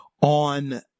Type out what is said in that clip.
on